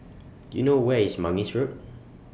Do YOU know Where IS Mangis Road